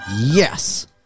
Yes